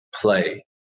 play